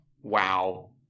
Wow